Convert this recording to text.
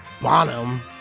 Bonham